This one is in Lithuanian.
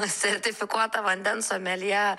sertifikuota vandens someljė